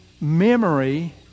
memory